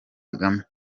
kagame